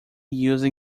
used